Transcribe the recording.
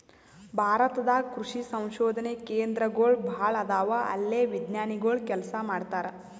ಭಾರತ ದಾಗ್ ಕೃಷಿ ಸಂಶೋಧನೆ ಕೇಂದ್ರಗೋಳ್ ಭಾಳ್ ಅದಾವ ಅಲ್ಲೇ ವಿಜ್ಞಾನಿಗೊಳ್ ಕೆಲಸ ಮಾಡ್ತಾರ್